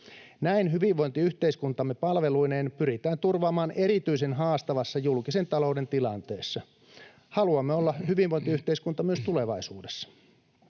Näin hyvinvointiyhteiskuntamme palveluineen pyritään turvaamaan erityisen haastavassa julkisen talouden tilanteessa. Haluamme olla hyvinvointiyhteiskunta myös tulevaisuudessa.